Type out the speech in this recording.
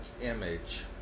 image